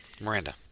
Miranda